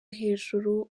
hejuru